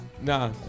Nah